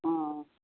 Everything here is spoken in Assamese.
অঁ